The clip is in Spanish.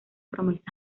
promesas